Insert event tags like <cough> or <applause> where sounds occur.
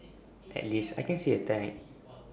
<noise> at least I can see A tag <noise>